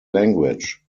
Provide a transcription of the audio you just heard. language